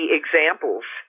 examples